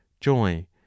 joy